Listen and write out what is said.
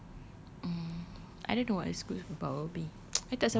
actually mm I don't know what a superpower be